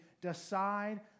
decide